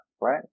right